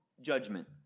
judgment